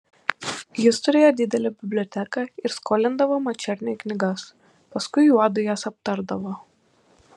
jis turėjo didelę biblioteką ir skolindavo mačerniui knygas paskui juodu jas aptardavo